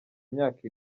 imyaka